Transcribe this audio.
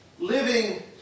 living